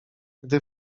gdy